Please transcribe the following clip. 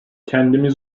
kendimi